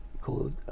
called